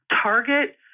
target